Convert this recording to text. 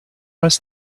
was